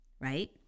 right